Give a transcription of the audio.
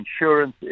insurance